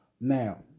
Now